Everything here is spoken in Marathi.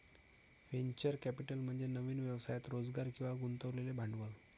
व्हेंचर कॅपिटल म्हणजे नवीन व्यवसायात रोजगार किंवा गुंतवलेले भांडवल